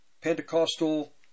Pentecostal